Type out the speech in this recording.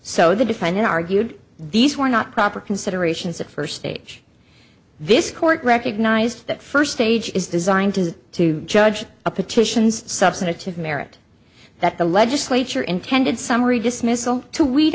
so the defining argued these were not proper considerations the first stage this court recognized that first stage is designed to judge a petition's substantive merit that the legislature intended summary dismissal to weed